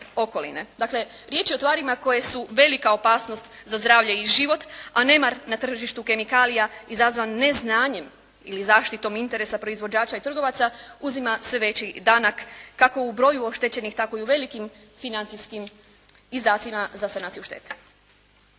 Dakle, riječ je o tvarima koje su velika opasnost za zdravlje i život a nemar na tržištu kemikalija izazvan neznanjem ili zaštitom interesa proizvođača i trgovaca uzima sve veći danak kako u broju oštećenih tako i u velikim financijskim izdacima za sanaciju štete.